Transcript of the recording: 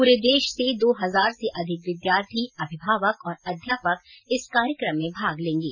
पूरे देश से दो हजार से अधिक विद्यार्थी अभिभावक और अध्यापक इस कार्यक्रम में भाग लेंगे